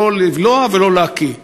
לא לבלוע ולא להקיא,